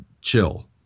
chill